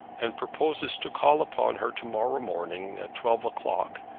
and proposes to call upon her to-morrow morning at twelve o'clock,